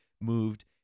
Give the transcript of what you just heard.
moved